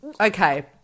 okay